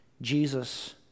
Jesus